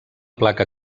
placa